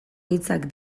hitzak